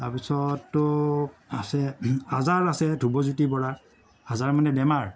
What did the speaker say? তাৰপিছত তো আছে আজাৰ আছে ধ্ৰুৱজ্যোতি বৰাৰ আজাৰ মানে বেমাৰ